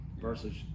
versus